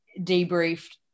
debriefed